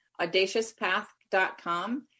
audaciouspath.com